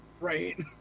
right